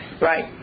right